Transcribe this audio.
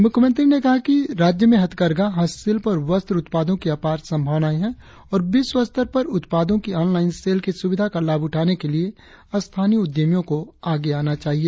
मुख्यमंत्री ने कहा कि राज्य में हथकरधा हस्तशिल्प और वस्त्र उत्पादो की अपार संभावनाए है और विश्व स्तर पर उत्पादो की आँनलाइन सेल की सुविधा का लाभ उठाने के लिए स्थानीय उद्यमियो को आगे आना चाहिए